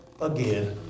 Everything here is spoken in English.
again